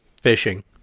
fishing